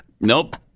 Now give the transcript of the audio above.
Nope